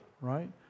right